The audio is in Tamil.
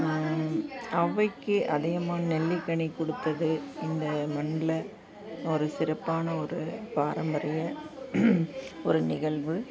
அவ்வைக்கு அதியமான் நெல்லிக்கனி கொடுப்பது இந்த மண்ணில் ஒரு சிறப்பான ஒரு பாரம்பரிய ஒரு நிகழ்வு